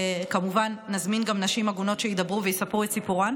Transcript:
וכמובן שנזמין גם נשים עגונות שידברו ויספרו את סיפורן.